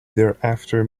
thereafter